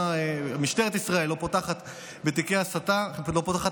משטרת ישראל לא פותחת בתיקי הסתה ולא פותחת